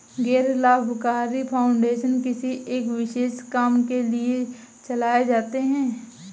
गैर लाभकारी फाउंडेशन किसी एक विशेष काम के लिए चलाए जाते हैं